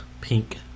pink